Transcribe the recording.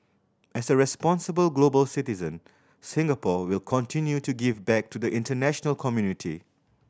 as a responsible global citizen Singapore will continue to give back to the international community